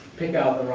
pick out